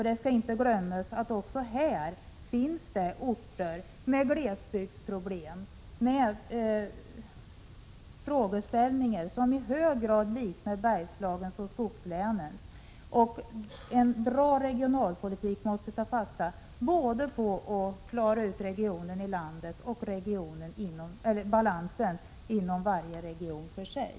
Det skall inte glömmas att även här finns orter med glesbygdsproblem, och frågeställningar som i hög grad liknar Bergslagens och skogslänens. En bra regionalpolitik måste ta fasta på att klara både balansen i landet och balansen inom varje region för sig.